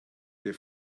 der